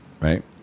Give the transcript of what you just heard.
right